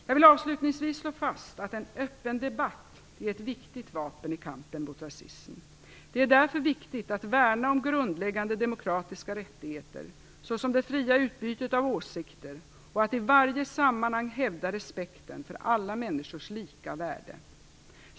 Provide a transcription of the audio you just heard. Jag vill avslutningsvis slå fast att en öppen debatt är ett viktigt vapen i kampen mot rasism. Det är därför viktigt att värna om grundläggande demokratiska rättigheter, såsom det fria utbytet av åsikter och att i varje sammanhang hävda respekten för alla människors lika värde.